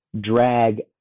drag